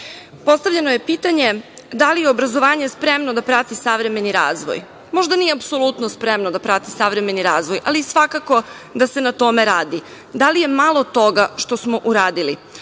rad. Postavljeno je pitanje da li je obrazovanje spremno da prati savremeni razvoj. Možda nije apsolutno spremno da prati savremeni razvoj, ali svakako da se na tome radi. Da li je malo toga što smo uradili?